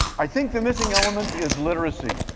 i think the missing element is literacy.